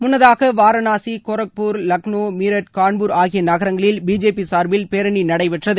முன்னதாக வாரணாசி கோரக்பூர் லக்னோ மீரட் கான்பூர் ஆகிய நகரங்களில் பிஜேபி சார்பில் பேரணி நடைபெற்றது